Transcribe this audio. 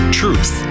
truth